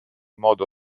modo